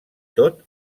tot